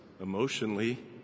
emotionally